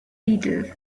beatles